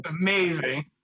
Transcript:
Amazing